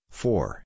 four